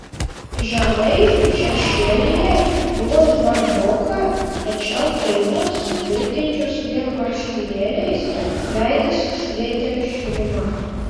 žemai šešėlyje buvo žvarboka tačiau eivos vilkinčios vien marškinėliais veidas švietė šiluma